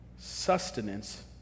sustenance